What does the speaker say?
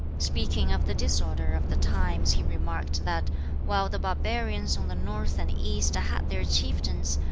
speaking of the disorder of the times he remarked that while the barbarians on the north and east had their chieftains,